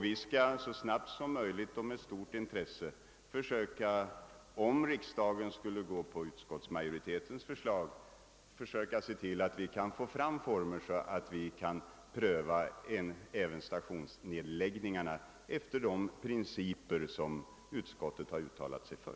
Vi skall så snabbt som möjligt och med stort intresse försöka, om riksdagen skulle bifalla utskottsmajoritetens förslag, se till att vi kan få fram former för att pröva även stationsnedläggningarna efter de principer som utskottet har uttalat sig för.